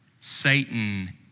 Satan